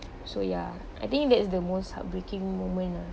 so ya I think that's the most heartbreaking moment lah